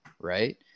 right